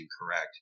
incorrect